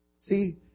See